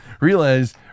Realize